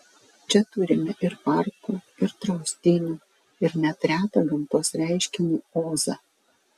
čia turime ir parkų ir draustinių ir net retą gamtos reiškinį ozą